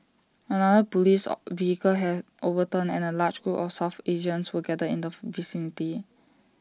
another Police vehicle had overturned and A large group of south Asians were gathered in the vicinity